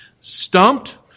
stumped